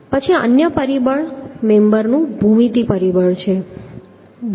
પછી અન્ય પરિબળ મેમ્બરનું ભૂમિતિ પરિબળ છે